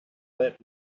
let